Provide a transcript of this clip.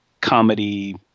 comedy